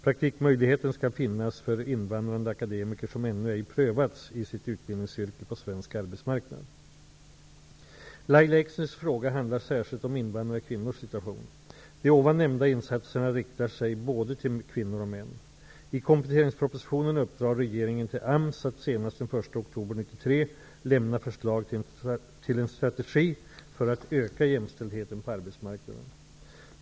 Praktikmöjligheten skall finnas för invandrade akademiker, som ännu ej prövats i sitt utbildningsyrke på svensk arbetsmarknad. Lahja Exners fråga handlar särskilt om invandrade kvinnors situation. De ovan nämnda insatserna riktar sig till både kvinnor och män. I kompletteringspropositionen uppdrar regeringen till AMS att senast den 1 oktober 1993 lämna förslag till en strategi för att öka jämställdheten på arbetsmarknaden.